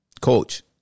coach